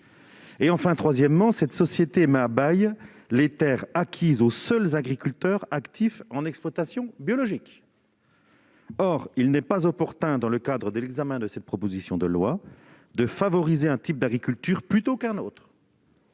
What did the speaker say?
contrôle. Troisièmement, elle met à bail les terres acquises aux seuls agriculteurs actifs en exploitation biologique. Or il n'est pas opportun, dans le cadre de l'examen de cette proposition de loi, de favoriser un type d'agriculture plutôt qu'un autre.